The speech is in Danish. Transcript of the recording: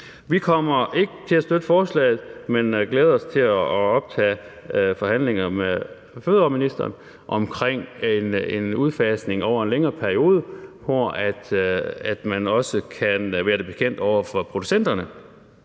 Vi kommer ikke til at støtte forslaget, men glæder os til at optage forhandlinger med fødevareministeren omkring en udfasning over en længere periode, hvor man også kan være det bekendt over for producenterne.